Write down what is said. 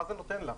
מה זה נותן לה?